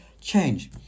change